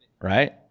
right